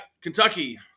Kentucky